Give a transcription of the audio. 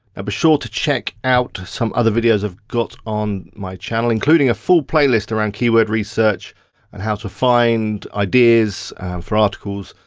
be sure to check out some other videos i've got on my channel, including a full playlist around keyword research and how to find ideas for articles.